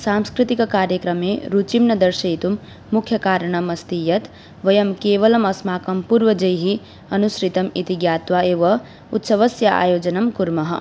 सांस्कृतिककार्यक्रमे रुचिं न दर्शयितुं मुख्यकारणमस्ति यत् वयं केवलमस्माकं पूर्वजैः अनुसृतम् इति ज्ञात्वा एव उत्सवस्य आयोजनं कुर्मः